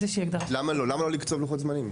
למה לא לקצוב לוחות זמנים?